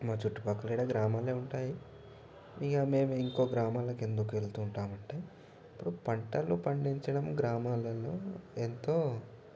మా చుట్టుపక్కల ఇక్కడ గ్రామాలే ఉంటాయి ఇక మేము ఇంకో గ్రామాలకు ఎందుకు వెళ్తూ ఉంటాము అంటే ఇప్పుడు పంటలు పండించడం గ్రామాలల్లో ఎంతో